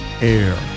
air